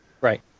right